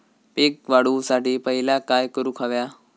पीक वाढवुसाठी पहिला काय करूक हव्या?